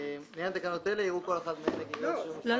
"לעניין תקנות אלה יראו כל אחת מאלה כיחידה אחת של רשומה רפואית..." לא,